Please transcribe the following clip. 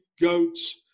goats